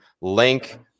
link